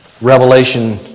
Revelation